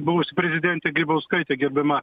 buvusi prezidentė grybauskaitė gerbiama